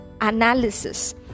analysis